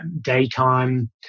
daytime